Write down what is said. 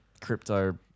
crypto